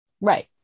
Right